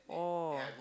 oh